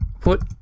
put